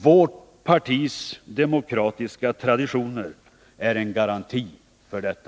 Vårt partis demokratiska traditioner är en garanti för detta.